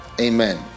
Amen